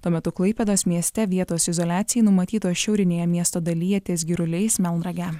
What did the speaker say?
tuo metu klaipėdos mieste vietos izoliacijai numatytos šiaurinėje miesto dalyje ties giruliais melnrage